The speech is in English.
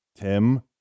Tim